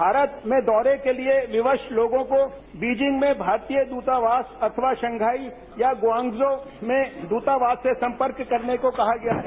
भारत में दौरे के लिए विवश लोगो को बीजिंग में भारतीय दूतावास अथवा शंघाई या ग्वांगझो में द्रतावास से संपर्क करने को कहा गया है